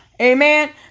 Amen